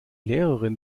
lehrerin